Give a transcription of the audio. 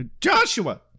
Joshua